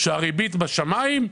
שהריבית בשמים?